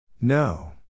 No